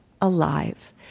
alive